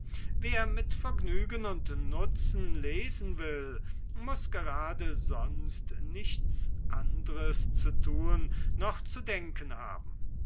wer mit vergnügen mit nutzen lesen will muß gerade sonst nichts anders zu tun noch zu denken haben